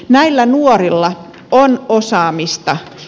näillä nuorilla on osaamista